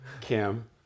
Kim